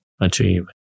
achieve